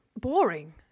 boring